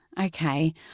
okay